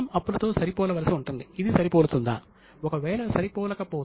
ఇప్పుడు ఆర్థిక చరిత్రను పరిశీలిస్తే అది చాలా ఆసక్తికరంగా ఉంటుంది